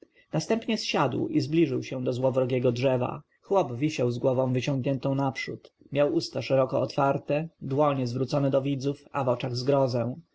następnie zsiadł i zbliżył się do złowrogiego drzewa chłop wisiał z głową wyciągniętą naprzód miał usta szeroko otwarte dłonie zwrócone do widzów a w oczach zgrozę